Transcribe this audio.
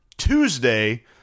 Tuesday